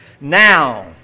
Now